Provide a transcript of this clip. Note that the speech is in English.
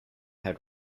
had